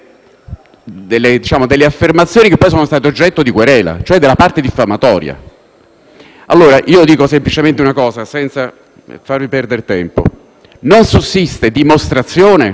delle affermazioni che poi sono state oggetto di querela, e cioè della parte diffamatoria. Allora dico semplicemente una cosa, senza farvi perdere tempo: non sussiste dimostrazione,